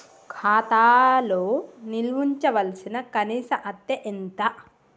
ఖాతా లో నిల్వుంచవలసిన కనీస అత్తే ఎంత?